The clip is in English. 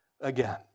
again